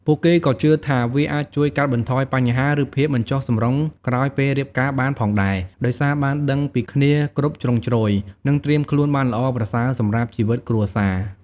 ពួកគេក៏ជឿថាវាអាចជួយ កាត់បន្ថយបញ្ហា ឬភាពមិនចុះសម្រុងក្រោយពេលរៀបការបានផងដែរ ដោយសារបានដឹងពីគ្នាគ្រប់ជ្រុងជ្រោយ និងត្រៀមខ្លួនបានល្អប្រសើរសម្រាប់ជីវិតគ្រួសារ។